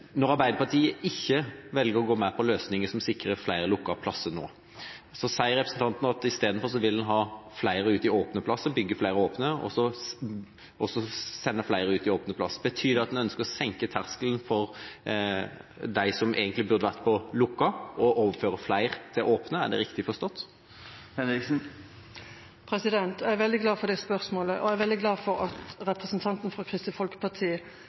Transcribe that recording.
Når Arbeiderpartiet velger ikke å gå med på løsninger som sikrer flere lukkede plasser nå, og representanten sier at en isteden vil ha flere ut i åpne plasser, bygge flere åpne og sende flere ut til åpen plass, betyr det at en ønsker å senke terskelen for dem som egentlig burde vært på lukket, og overføre flere til åpne? Er det riktig forstått? Jeg er veldig glad for det spørsmålet, og jeg er veldig glad for at representanten fra Kristelig Folkeparti